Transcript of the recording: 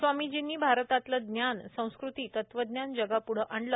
स्वामीर्जींनी भारतातलं ज्ञान संस्कृती तत्वज्ञान जगाप्ढे आणलं